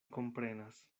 komprenas